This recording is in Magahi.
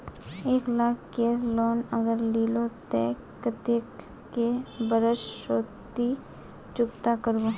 एक लाख केर लोन अगर लिलो ते कतेक कै बरश सोत ती चुकता करबो?